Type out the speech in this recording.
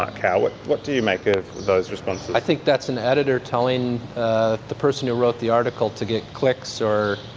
ah yeah what what do you make of those responses? i think that's an editor telling ah the person who wrote the article to get clicks or